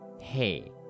Hey